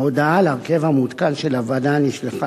ההודעה על ההרכב המעודכן של הוועדה נשלחה